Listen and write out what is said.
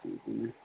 बिदिनो